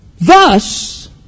Thus